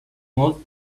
molt